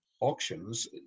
auctions